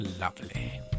Lovely